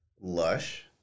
lush